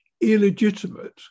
illegitimate